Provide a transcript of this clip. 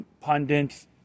pundits